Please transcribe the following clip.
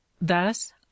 Thus